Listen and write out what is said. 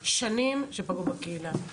בקהילה, שנים שפגעו בקהילה,